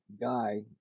Guy